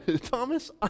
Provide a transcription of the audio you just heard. Thomas